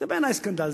זה בעיני סקנדל.